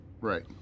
right